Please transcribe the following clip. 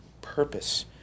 purpose